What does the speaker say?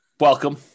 welcome